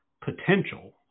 potential